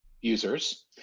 users